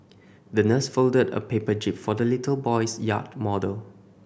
the nurse folded a paper jib for the little boy's yacht model